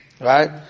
Right